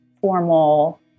formal